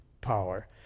power